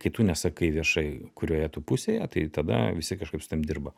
kai tu nesakai viešai kurioje tu pusėje tai tada visi kažkaip su tavim dirba